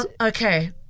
Okay